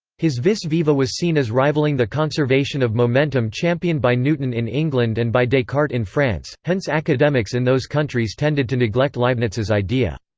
his vis viva was seen as rivaling the conservation of momentum championed by newton in england and by descartes in france hence academics in those countries tended to neglect leibniz's idea.